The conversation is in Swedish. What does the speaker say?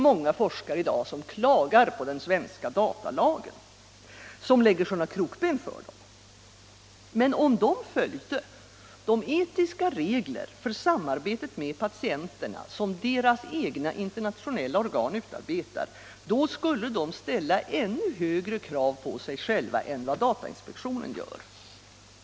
Många forskare klagar i dag på den svenska datalagen, som lägger sådana krokben för dem. Men om de följde de etiska regler för samarbetet med patienterna som deras egna internationella organ utarbetar, så skulle de ställa ännu högre krav på sig själva än vad datainspektionen gör.